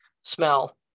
smell